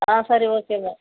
ஆ சரி ஓகேங்க